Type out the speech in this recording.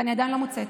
אני עדיין לא מוצאת,